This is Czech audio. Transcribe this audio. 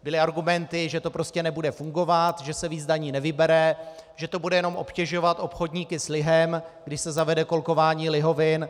Byly argumenty, že to prostě nebude fungovat, že se víc daní nevybere, že to bude jenom obtěžovat obchodníky s lihem, když se zavede kolkování lihovin.